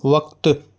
वक़्तु